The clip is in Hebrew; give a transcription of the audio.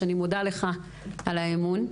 שאני מודה לך על האמון.